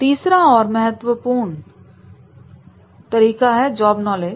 तीसरा और सबसे महत्वपूर्ण है जॉब नॉलेज